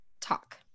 talk